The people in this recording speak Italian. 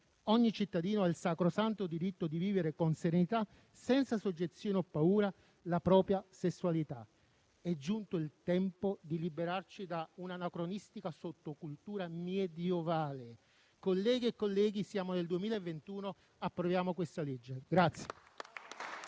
Ogni cittadino ha il sacrosanto diritto di vivere con serenità, senza soggezione o paura, la propria sessualità. È giunto il tempo di liberarci da un'anacronistica sottocultura medievale. Colleghe e colleghi, siamo nel 2021: approviamo il disegno di